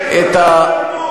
יש לך הזדמנות עכשיו.